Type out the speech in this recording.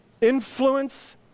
influence